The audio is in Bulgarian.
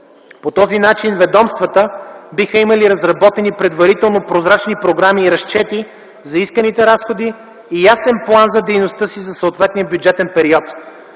По този начин ведомствата биха имали разработени предварително прозрачни програми и разчети за исканите разходи и ясен план за дейността си за съответния бюджетен период.